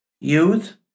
Youth